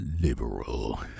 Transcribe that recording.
liberal